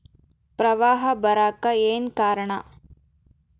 ಪ್ರವಾಹ ಬರಾಕ್ ಏನ್ ಕಾರಣ?